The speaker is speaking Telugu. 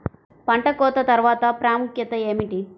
పంట కోత తర్వాత ప్రాముఖ్యత ఏమిటీ?